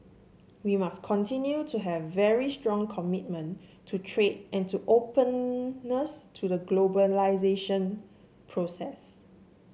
we must continue to have very strong commitment to trade and to openness to the globalisation process